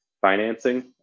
financing